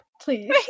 please